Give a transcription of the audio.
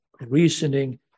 reasoning